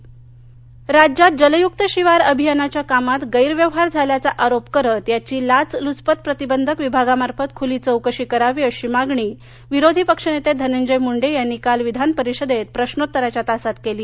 विधान परिषद राज्यात जलयुक्त शिवार अभियानाध्या कामात गैरव्यवहार झाल्याचा आरोप करत याची लाचलुचपत प्रतिबंधक विभागामार्फत खुली चौकशी करावी अशी मागणी विरोधी पक्षनेते धनंजय मुंडे यांनी काल विधानपरिषदेत प्रश्नोत्तराच्या तासात केली